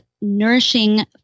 nourishing